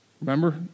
remember